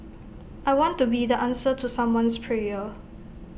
I want to be the answer to someone's prayer